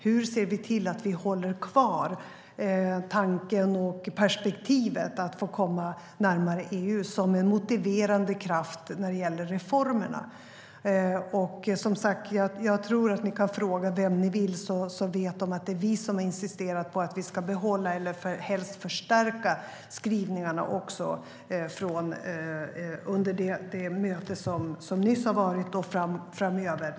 Hur ser vi till att vi håller kvar tanken och perspektivet att få komma närmare EU som en motiverande kraft när det gäller reformerna? Jag tror att ni kan fråga vem ni vill, så vet de att det är vi som har insisterat på att vi ska behålla eller helst förstärka skrivningarna, både under det möte som nyss har varit och framöver.